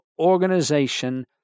Organization